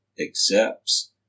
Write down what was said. accepts